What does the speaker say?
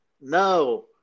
no